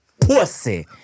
pussy